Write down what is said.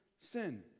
sin